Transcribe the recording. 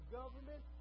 government